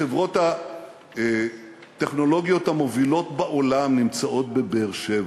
החברות הטכנולוגיות המובילות בעולם נמצאות בבאר-שבע.